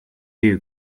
you